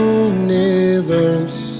universe